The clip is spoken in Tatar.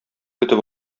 көтеп